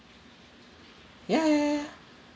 ya ya ya